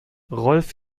rolf